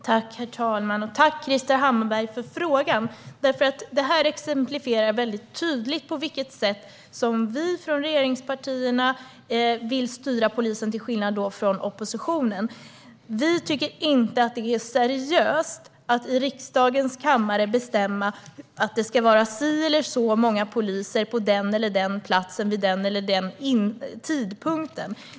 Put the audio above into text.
Herr talman! Jag tackar Krister Hammarbergh för frågan. Den exemplifierar tydligt skillnaden mellan hur regeringspartierna och oppositionen vill styra polisen. Vi tycker inte att det är seriöst att i riksdagens kammare bestämma att det ska vara si eller så många poliser på en plats vid en viss tidpunkt.